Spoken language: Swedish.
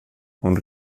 hon